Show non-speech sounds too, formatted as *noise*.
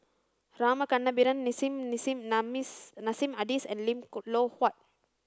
Rama Kannabiran Nissim *unintelligible* Nassim Adis and Lim *unintelligible* Loh Huat